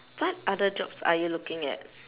what other jobs are you looking at